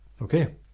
Okay